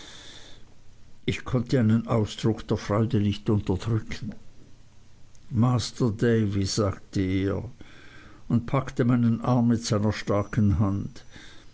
ich konnte einen ausruf der freude nicht unterdrücken masr davy sagte er und packte meinen arm mit seiner starken hand